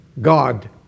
God